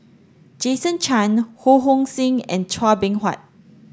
Jason Chan Ho Hong Sing and Chua Beng Huat